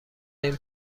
این